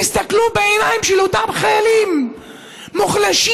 תסתכלו בעיניים של אותם חיילים מוחלשים,